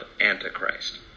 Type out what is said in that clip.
antichrist